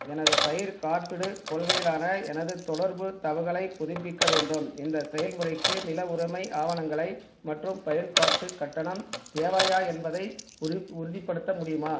எனது பயிர்க் காப்பீடுக் கொள்கையிலான எனது தொடர்புத் தகவலைப் புதுப்பிக்க வேண்டும் இந்த செயல்முறைக்கு நில உரிமை ஆவணங்களை மற்றும் பயன்பாட்டு கட்டணம் தேவையா என்பதை உறு உறுதிப்படுத்த முடியுமா